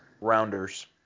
Rounders